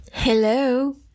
Hello